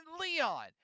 Leon